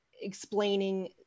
explaining